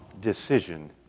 decision